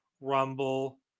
Rumble